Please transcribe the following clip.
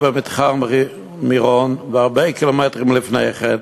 במתחם מירון והרבה קילומטרים לפני כן,